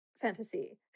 fantasy